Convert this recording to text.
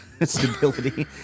stability